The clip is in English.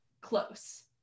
close